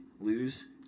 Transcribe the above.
lose